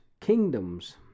kingdoms